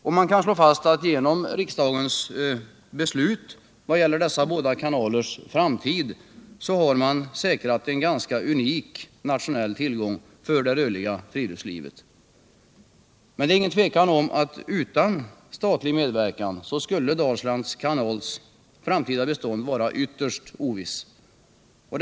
Det kan slås fast att man genom riksdagens beslut vad gäller dessa båda kanalers framtid har säkrat en ganska unik nationell tillgång för det rörliga friluftslivet. Men det är ingen tvekan om att utan statlig medverkan skulle Dalslands kanals framtida bestånd vara ytterst ovisst.